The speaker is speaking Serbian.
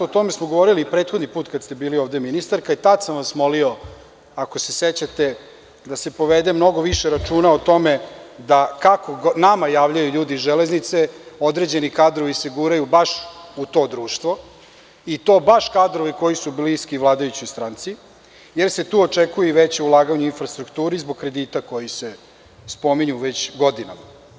O tome smo govorili i prethodni put kad ste bili ovde, ministarka, i tad sam vas molio, ako se sećate, da se povede mnogo više računa o tome da, kako nama javljaju ljudi iz železnice, određeni kadrovi se guraju baš u to društvo, i to baš kadrovi koji su bliski vladajućoj stranci, jer se tu očekuje i veće ulaganje u infrastrukturu, zbog kredita koji se spominju već godinama.